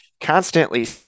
constantly